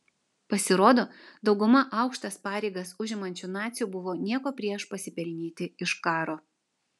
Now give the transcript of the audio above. pasirodo dauguma aukštas pareigas užimančių nacių buvo nieko prieš pasipelnyti iš karo